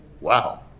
wow